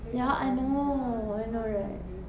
ya I know I know right